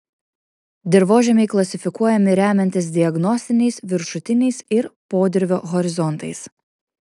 dirvožemiai klasifikuojami remiantis diagnostiniais viršutiniais ir podirvio horizontais